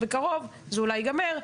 בקרוב זה אולי ייגמר,